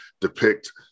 depict